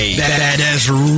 badass